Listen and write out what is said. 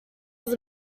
was